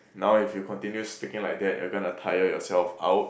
now if you continue speaking like that you're gonna tire yourself out